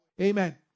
Amen